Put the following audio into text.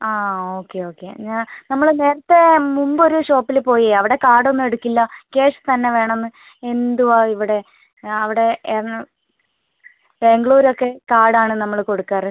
ആ okay okay ഞാൻ നമ്മൾ നേരത്തെ മുമ്പ് ഒരു ഷോപ്പിൽ പോയി അവിടെ കാർഡ് ഒന്നും എടുക്കില്ല ക്യാഷ് തന്നെ വേണമെന്ന് എന്തുവാ ഇവിടെ ആ അവിടെ ബാംഗ്ലൂർ ഒക്കെ കാർഡ് ആണ് നമ്മൾ കൊടുക്കാറ്